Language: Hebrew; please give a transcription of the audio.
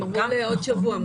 הם אומרים שעוד שבוע.